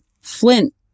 flint